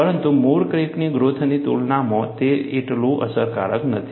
પરંતુ મૂળ ક્રેકની ગ્રોથની તુલનામાં તે એટલું અસરકારક નથી